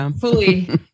fully